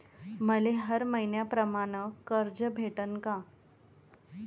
मले हर मईन्याप्रमाणं कर्ज भेटन का?